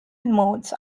modes